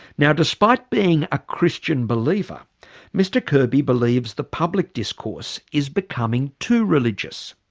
now despite being a christian believer mr kirby believes the public discourse is becoming too religious.